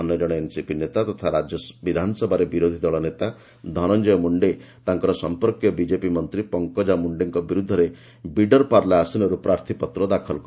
ଅନ୍ୟ ଜଣେ ଏନ୍ସିପି ନେତା ତଥା ରାଜ୍ୟ ବିଧାନପରିଷଦରେ ବିରୋଧୀ ଦଳ ନେତା ଧନଞ୍ଜୟ ମୁଣ୍ଡେ ତାଙ୍କର ସମ୍ପର୍କୀୟ ବିଜେପି ମନ୍ତ୍ରୀ ପଙ୍କଜା ମୁଶ୍ଡେଙ୍କ ବିରୁଦ୍ଧରେ ବିଡ୍ର ପାର୍ଲେ ଆସନରୁ ପ୍ରାର୍ଥୀପତ୍ର ଦାଖଲ କରିଛନ୍ତି